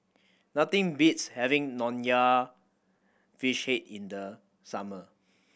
nothing beats having Nonya Fish Head in the summer